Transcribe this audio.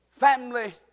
Family